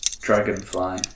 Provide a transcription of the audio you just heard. dragonfly